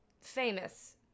famous